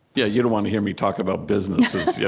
yeah, you don't want to hear me talk about businesses. yeah